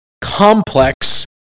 complex